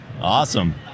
Awesome